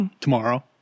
Tomorrow